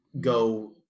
go